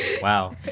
Wow